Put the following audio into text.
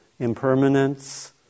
impermanence